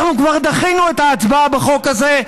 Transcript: אנחנו כבר דחינו את ההצבעה בחוק הזה.